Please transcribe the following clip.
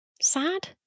sad